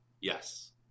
Yes